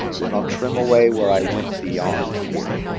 then i'll trim away where i went beyond here.